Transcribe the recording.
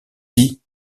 dit